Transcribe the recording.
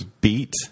Beat